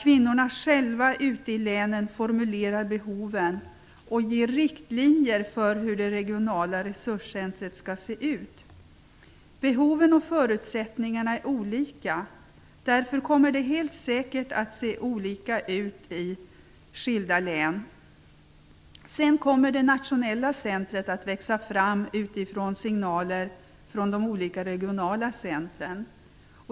Kvinnor själva ute i länen måste formulera behoven och ge riktlinjer för hur det regionala resurscentrumet skall se ut. Behoven och förutsättningarna är olika, därför kommer det helt säkert att se olika ut i skilda län. Det nationella centrumet kommer att växa fram utifrån signaler från de olika regionala centrumen.